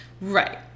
Right